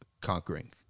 conquering